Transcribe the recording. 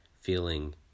feeling